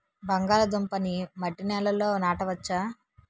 బంగాళదుంప నీ మట్టి నేలల్లో నాట వచ్చా?